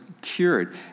cured